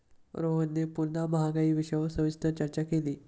रोहनने पुन्हा महागाई विषयावर सविस्तर चर्चा केली